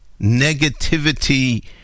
negativity